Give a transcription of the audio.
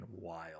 wild